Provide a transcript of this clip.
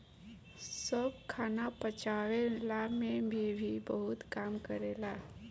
सौंफ खाना पचवला में भी बहुते काम करेला